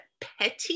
petty